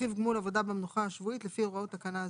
רכיב גבול עבודה במנוחה השבועית לפי הוראות תקנה זו.